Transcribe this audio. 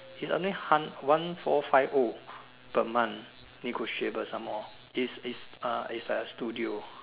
ya only hunt one four five o per month negotiable some more is is uh is like a studio